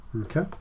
Okay